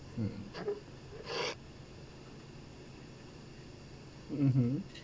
mm mmhmm